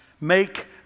make